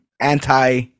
Anti